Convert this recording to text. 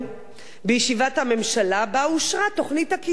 בישיבת הממשלה שבה אושרה תוכנית הקיצוצים.